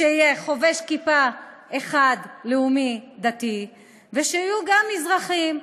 שיהיה חובש כיפה אחד דתי-לאומי ושיהיו גם מזרחיים.